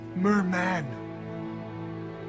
Merman